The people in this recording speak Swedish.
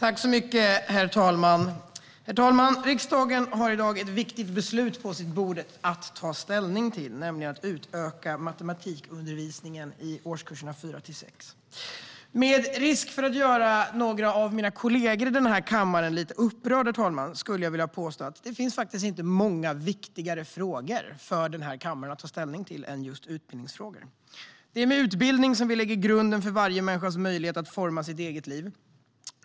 Herr talman! Riksdagen har i dag ett viktigt förslag på sitt bord att ta ställning till, nämligen att utöka matematikundervisningen i årskurserna 4-6. Med risk för att göra några av mina kollegor här lite upprörda skulle jag vilja påstå att det faktiskt inte finns många frågor som är viktigare för denna kammare att ta ställning till än just utbildningsfrågor. Det är med utbildning vi lägger grunden för varje människas möjlighet att forma sitt eget liv.